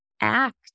act